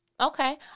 Okay